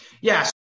Yes